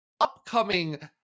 upcoming